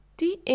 die